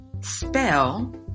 spell